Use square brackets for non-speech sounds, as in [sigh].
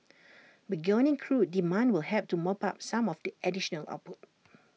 [noise] burgeoning crude demand will help to mop up some of the additional output